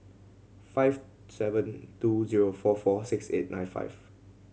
five seven two zero four four six eight nine five